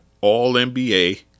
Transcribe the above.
All-NBA